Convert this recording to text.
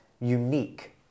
unique